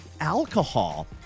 alcohol